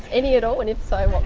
any at all, and if so what